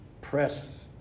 press